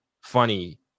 funny